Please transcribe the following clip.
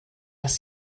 ist